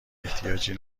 احتیاجی